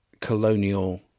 colonial –